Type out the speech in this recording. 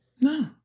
No